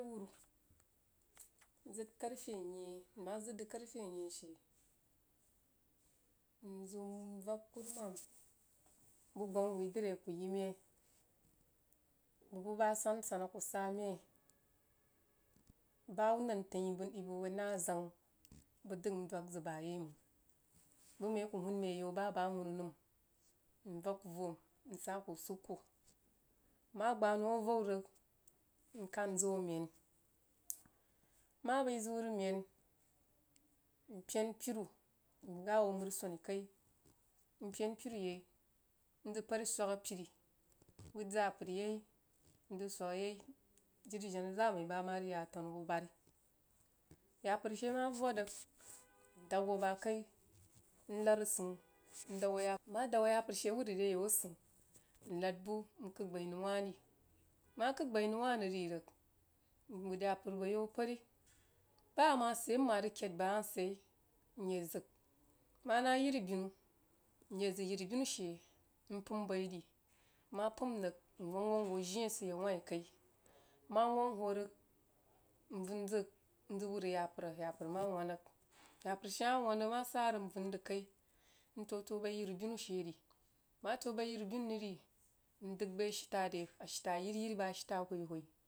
Rewuru nzəd karfe nyeh nma zəd karfe nyeh she mm ziu nvag kuruman bəg gbama wuidrí aku yi mai bəg buh bah sansan a kuh sa mai ba hubba nan təng yi bubəg nah re zang bəg dəg ndog zəg bayaimang buh mai aku huun mai agau bah bəg awunu nə, nvə kuh voh msa kuh wusikleo nma gbanou avau rig mkan ziu amehi nma bəi ziu rig mehn nper piru ngah hoo mərí swaní kai npen piru yai nzəg pəri swagha a piri nwahd zapər yai mzəg swagha yai jiri kaimang jen zaa mai bah ma rig ya a tənu bubari yapə she ma vohd rīg ndag hoo bah kai ŋad asəiun mhoo yapər nma hoo ya pər she wuhd rig wah ri mah k’əg ba nou wah rig rí rig nwuhd yapər abo yau pəri bah ma sid yar nma rig kəid bəg mah sid yaǐ mye zəg mana yiribinu mye zəg yiri binu she npəum bai ti nma pəím rig nwang wang hoo jiih asid a yau wah ri kai nma wang hoo rig vəng zəg nzəg wərih a yapər, yapər she ma wan rig nma sah rig nvəin zəg kai ntoh baí yiri binu she ri nmah toh bəí yiribinu rig ri ndəg baī ashite rí, ashita a yiri bəg ashita awhoi whoi.